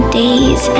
days